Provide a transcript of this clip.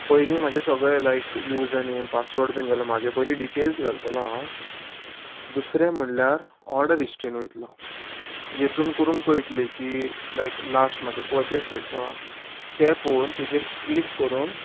पयलीं म्हाजें सगळें लायक यूज आनी पासवर्ड बीन घालून म्हाजे पयली डिटेल्स घालतलो हांव दुसरें म्हणल्यार ऑर्डर इश्टीन वयतलो जेतून करून कळटली की लायक लास्ट म्हाजो पर्चेस खंयचो आहा तें पळोवन तेजेर क्लिक करून